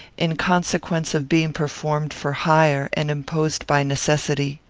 in consequence of being performed for hire and imposed by necessity.